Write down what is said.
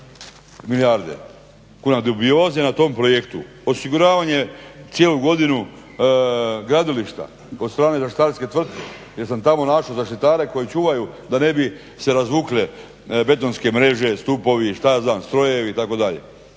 Milijarde kuna dubioze na tom projektu, osiguravanje cijelu godinu gradilišta od strane zaštitarske tvrtke jer sam tamo našao zaštitare koji čuvaju da ne bi se razvukle betonske mreže, stupovi, šta ja znam strojevi itd.